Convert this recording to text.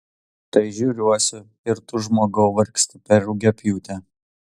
tai žiūriuosi ir tu žmogau vargsti per rugiapjūtę